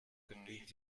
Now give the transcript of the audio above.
genügend